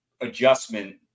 adjustment